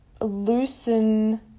loosen